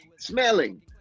Smelling